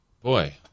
boy